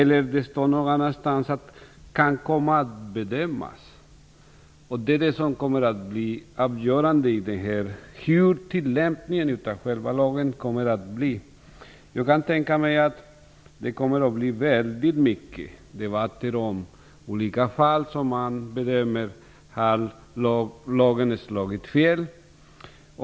Det står någon annanstans att det "kan komma att bedömas". Det är det som blir avgörande för hur tillämpningen av själva lagen kommer att ske. Jag kan tänka mig att det kommer att föras väldigt många debatter om olika fall där man bedömer att lagen har slagit fel.